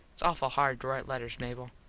its awful hard to rite letters, mable.